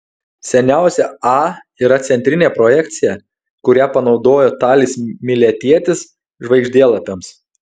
seniausia a yra centrinė projekcija kurią panaudojo talis miletietis žvaigždėlapiams